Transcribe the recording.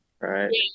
right